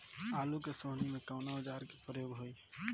आलू के सोहनी में कवना औजार के प्रयोग होई?